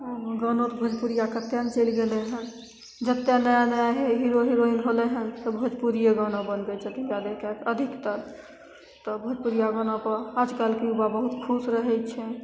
आ गाना भोजपुरिया कते ने चैलि गेलै हन जते नया नया हीरो हिरोइन होलै हन तऽ भोजपुरिये गाना बनबै छथिन जादे कए कऽ अधिकतर तऽ भोजपुरिया गानापर आइकाल्हि युवा बहुत खुश रहै छै